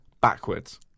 backwards